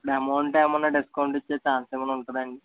ఇప్పుడు అమౌంట్ ఏమైనా డిస్కౌంట్ ఇచ్చే ఛాన్స్ ఏమైనా ఉంటుందాండి